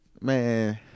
Man